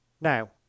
now